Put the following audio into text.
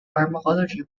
pharmacology